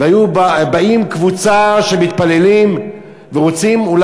והיו באים קבוצה של מתפללים ורוצים גם